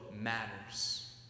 matters